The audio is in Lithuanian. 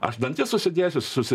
aš dantis susidėsiu susi